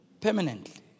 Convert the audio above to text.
permanently